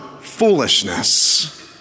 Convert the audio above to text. foolishness